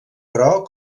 però